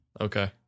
Okay